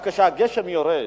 אדוני, דרך אגב, גם כשהגשם יורד,